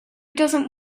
doesn’t